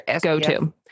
go-to